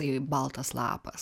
tai baltas lapas